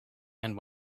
and